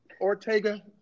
Ortega